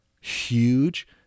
huge